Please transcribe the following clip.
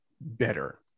better